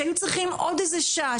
שהיו צריכים עוד איזו שעה.